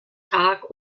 tag